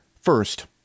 First